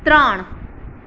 ત્રણ